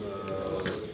err